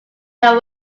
their